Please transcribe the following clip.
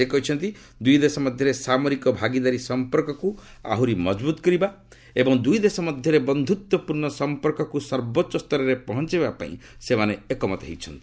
ସେ କହିଛନ୍ତି ଦୁଇ ଦେଶ ମଧ୍ୟରେ ସାମରିକ ଭାଗୀଦାରୀ ସମ୍ପର୍କକୁ ଆହୁରି ମଜବୁତ କରିବା ଏବଂ ଦୁଇଦେଶ ମଧ୍ୟରେ ବନ୍ଧୁତ୍ୱପୂର୍ଣ୍ଣ ସମ୍ପର୍କକୁ ସର୍ବୋଚ୍ଚସ୍ତରରେ ପହଞ୍ଚାଇବା ପାଇଁ ସେମାନେ ଏକମତ ହୋଇଛନ୍ତି